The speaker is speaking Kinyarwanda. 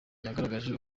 yagaragaje